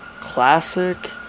Classic